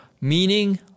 Meaning